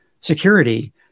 security